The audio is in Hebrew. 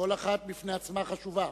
כל אחת בפני עצמה חשובה.